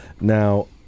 Now